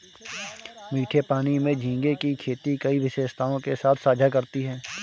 मीठे पानी में झींगे की खेती कई विशेषताओं के साथ साझा करती है